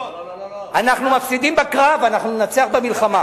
אנחנו מפסידים בקרב, אנחנו ננצח במלחמה.